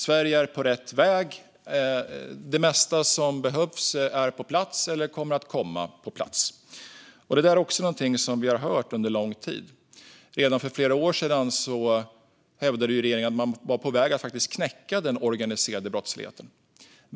Sverige är på rätt väg, och det mesta som behövs är på plats eller kommer att komma på plats. Det är också någonting vi har hört under lång tid - redan för flera år sedan hävdade ju regeringen att man var på väg att knäcka den organiserade brottsligheten.